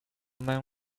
man